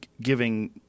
giving